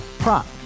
Prop